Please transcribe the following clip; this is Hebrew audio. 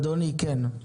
אדוני, כן.